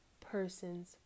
person's